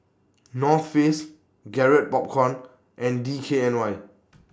North Face Garrett Popcorn and D K N Y